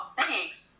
thanks